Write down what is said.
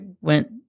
went